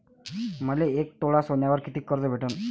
मले एक तोळा सोन्यावर कितीक कर्ज भेटन?